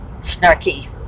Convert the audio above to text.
snarky